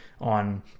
on